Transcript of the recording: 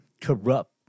Corrupt